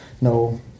no